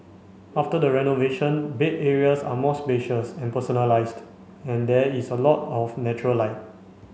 after the renovation bed areas are more spacious and personalised and there is a lot of natural light